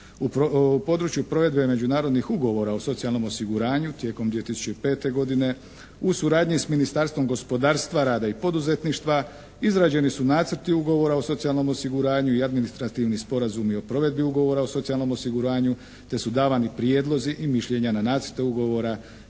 U području provedbe međunarodnih ugovora o socijalnom osiguranju tijekom 2005. godine u suradnji s Ministarstvom gospodarstva, rada i poduzetništva izrađeni su nacrti ugovora o socijalnom osiguranju i administrativni sporazumi o provedbi ugovora o socijalnom osiguranju te su davani prijedlozi i mišljenja na nacrte ugovora